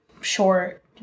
short